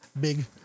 big